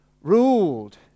ruled